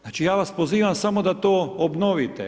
Znači ja vas pozivam samo da to obnovite.